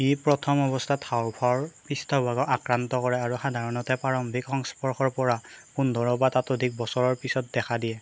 ই প্ৰথম অৱস্থাত হাঁওফাঁওৰ পৃষ্ঠভাগক আক্ৰান্ত কৰে আৰু সাধাৰণতে প্ৰাৰম্ভিক সংস্পৰ্শৰ পৰা পোন্ধৰ বা ততোধিক বছৰৰ পিছত দেখা দিয়ে